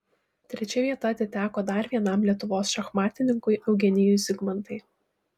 trečia vieta atiteko dar vienam lietuvos šachmatininkui eugenijui zigmantai